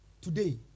today